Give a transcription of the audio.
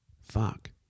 fuck